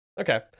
Okay